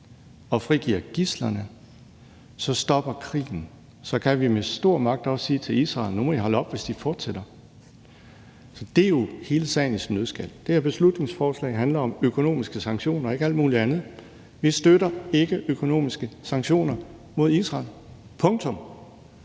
og frigiver gidslerne, stopper krigen. Så kan vi med stor magt også sige til Israel, at nu må I holde op, hvis de fortsætter. Det er jo hele sagen i sin nøddeskal. Det her beslutningsforslag handler om økonomiske sanktioner og ikke alt muligt andet. Vi støtter ikke økonomiske sanktioner mod Israel – punktum!